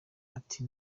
ati